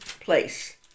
place